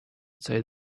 that